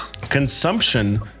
consumption